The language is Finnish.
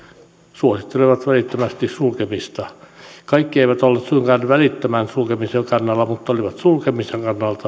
suosittelivat välittömästi sulkemista kaikki eivät olleet suinkaan välittömän sulkemisen kannalla mutta olivat sulkemisen